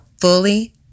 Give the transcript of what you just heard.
fully